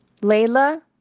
Layla